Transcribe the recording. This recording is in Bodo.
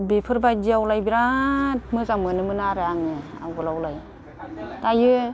बेफोरबायदियावलाय बिराद मोजां मोनोमोन आरो आङो आवगोलावलाय दायो